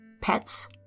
pets